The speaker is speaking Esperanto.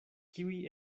kiuj